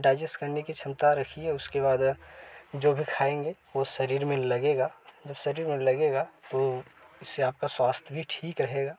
digest करने की क्षमता रखिए उसके बाद जो भी खाएँगे वो शरीर में लगेगा जब शरीर में लगेगा तो इसे आप का स्वास्थ्य भी ठीक रहेगा